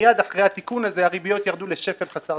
מיד אחרי התיקון הזה הריביות ירדו לשפל חסר תקדים.